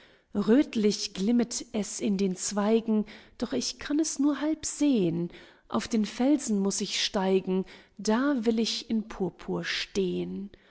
es in den zweigen doch ich kann es halb nur sehn auf den felsen muß ich steigen da will ich in purpur stehn